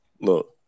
Look